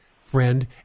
friend